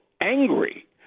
angry